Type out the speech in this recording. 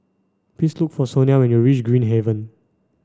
please look for Sonia when you reach Green Haven